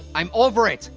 i'm over it!